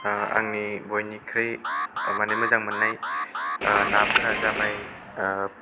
आंनि बयनिख्रुइ माने मोजां मोननाय नाफोरा जाबाय